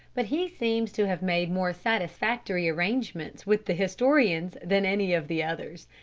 but he seems to have made more satisfactory arrangements with the historians than any of the others.